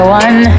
one